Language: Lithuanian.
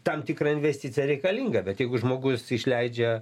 tam tikra investicija reikalinga bet jeigu žmogus išleidžia